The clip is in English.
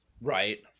Right